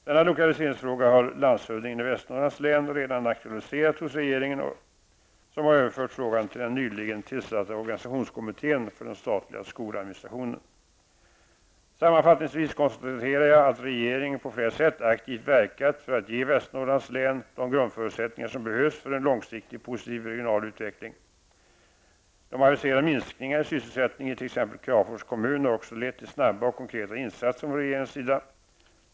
Denna lokaliseringsfråga har landshövdingen i Västernorrlands län redan aktualiserat hos regeringen, som överfört frågan till den nyligen tillsatta organisationskommittén för den statliga skoladministrationen. Sammanfattningsvis konstaterar jag att regeringen på flera sätt aktivt verkat för att ge Västernorrlands län de grundförutsättningar som behövs för en långsiktigt positiv regional utveckling. De aviserade minskningarna i sysselsättningen i t.ex. Kramfors kommun har också lett till snabba och konkreta insatser från regeringens sida.